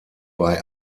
bei